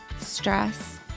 stress